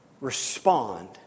respond